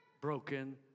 broken